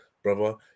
Brother